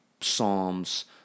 Psalms